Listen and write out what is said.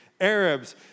Arabs